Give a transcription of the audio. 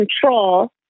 control